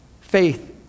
Faith